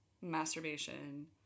masturbation